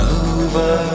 over